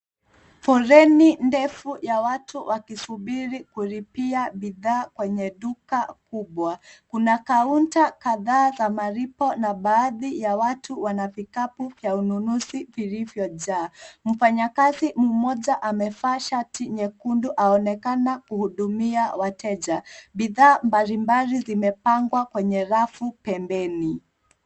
Foleni ndefu ya watu wakisubiri kulipia bidhaa kwenye duka kubwa. Kuna kaunta kadhaa za malipo na baadhi ya watu wana vikapu vya ununuzi vilivyojaa. Mfanyakazi mmoja amevaa shati nyekundu aonekana kuhudumia wateja. Bidhaa mbalimbali zimepangwa kwenye rafu pembeni.